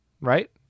right